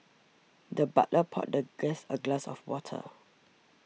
the butler poured the guest a glass of water